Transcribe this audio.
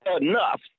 enough